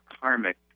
karmic